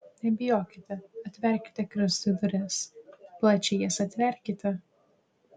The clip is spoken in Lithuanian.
nebijokite atverkite kristui duris plačiai jas atverkite